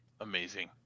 amazing